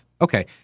okay